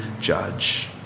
judge